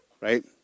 right